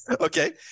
Okay